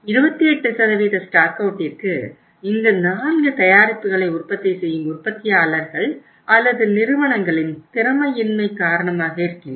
28 stock அவுட்டிற்கு இந்த 4 தயாரிப்புகளை உற்பத்தி செய்யும் உற்பத்தியாளர்கள் அல்லது நிறுவனங்களின் திறமையின்மை காரணமாக இருக்கின்றன